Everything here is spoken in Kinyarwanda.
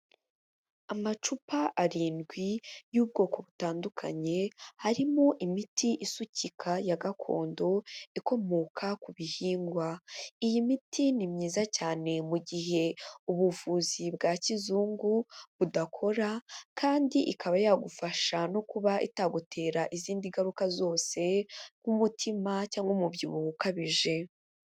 Amacupa arindwi y'ubwoko butandukanye, harimo imiti isukika ya gakondo ikomoka ku bihingwa, iyi miti ni myiza cyane mu gihe ubuvuzi bwa kizungu budakora kandi ikaba yagufasha no kuba itagutera izindi ngaruka zose nk'umutima cyangwa umubyibuho ukabije.